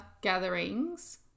gatherings